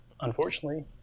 unfortunately